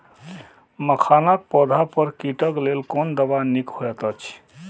मखानक पौधा पर कीटक लेल कोन दवा निक होयत अछि?